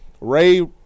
Ray